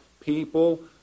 people